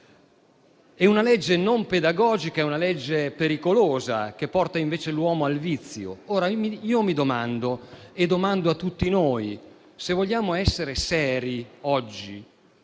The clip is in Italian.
è una legge non pedagogica. È una legge pericolosa, che porta l'uomo al vizio. Ora, io mi domando e domando a tutti noi, se vogliamo essere seri,